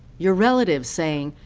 your relatives saying,